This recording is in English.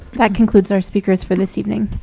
that concludes our speakers for this evening.